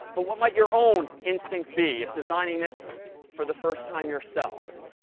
but what might your own instinct be if designing this for the first time yourself?